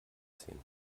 sehen